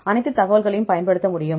அனைத்து தகவல்களையும் பயன்படுத்த முடியும்